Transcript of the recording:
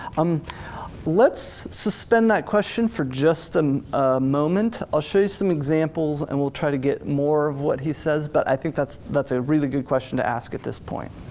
um let's suspend that question for just um a moment. i'll show you some examples and we'll try to get more of what he says but i think that's that's a really good question to ask at this point.